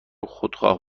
خودخواه